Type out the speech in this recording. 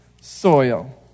soil